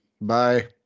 Bye